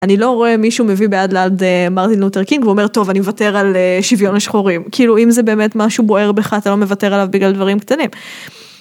אני לא רואה מישהו מביא בעד לעד מרטין לותר קינג אומר טוב אני מבטר על שוויון לשחורים כאילו אם זה באמת משהו בוער בך אתה לא מבטר עליו בגלל דברים קטנים אלה ממשיך להתמודד איתם עד שאתה מצליח